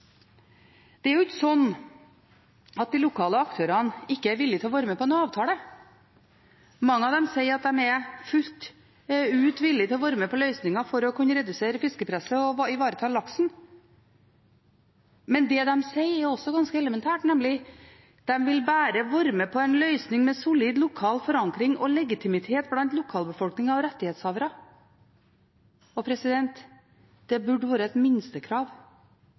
Det er ikke slik at de lokale aktørene ikke er villig til å være med på en avtale. Mange av dem sier at de fullt ut er villig til å være med på løsninger for å kunne redusere fiskepresset og ivareta laksen. Men det de sier, er også ganske elementært, nemlig: De vil bare være med på en løsning med solid lokal forankring og legitimitet hos lokalbefolkningen og rettighetshavere. Det burde vært et minstekrav